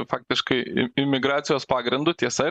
faktiškai i imigracijos pagrindu tiesa